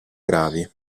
gravi